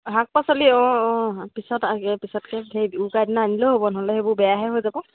শাক পাচলি অঁ অঁ পিছত তাকে পিছতকে সেই উৰুকাৰ দিনা আনিলেও হ'ব নহ'লে সেইবোৰ বেয়াহে হৈ যাব